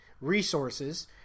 resources